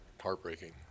Heartbreaking